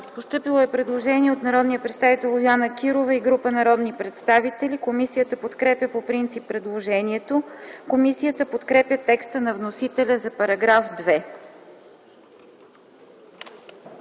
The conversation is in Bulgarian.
Постъпило е предложение от народния представител Йоана Кирова и група народни представители. Комисията подкрепя по принцип предложението. Комисията подкрепя по принцип текста на вносителя за § 5